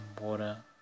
water